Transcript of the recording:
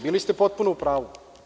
Bili ste potpuno u pravu.